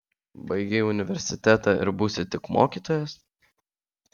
baigei universitetą ir būsi tik mokytojas